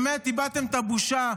באמת, איבדתם את הבושה.